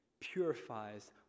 purifies